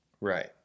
Right